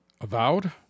Avowed